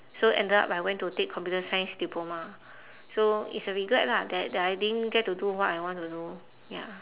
so ended up I went to take computer science diploma so it's a regret lah that that I didn't get to do what I want to do ya